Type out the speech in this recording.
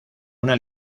una